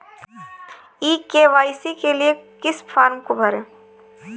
ई KYC के लिए किस फ्रॉम को भरें?